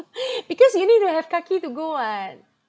because you need to have kaki to go [what]